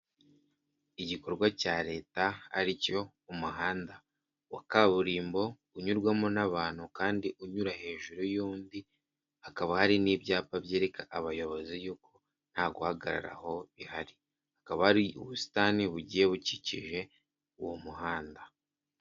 Igikorwa cya leta ari cyo umuhanda wa kaburimbo unyurwamo n'abantu kandi unyura hejuru y'undi hakaba hari n'ibyapa byereka abayobozi y'uko nta guhagararaho bihari hakaba hari ubusitani bugiye bukikije uwo muhanda.